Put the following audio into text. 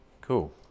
Cool